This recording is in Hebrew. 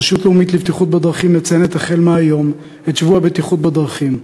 הרשות הלאומית לבטיחות בדרכים מציינת החל מהיום את שבוע הבטיחות בדרכים.